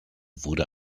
wurde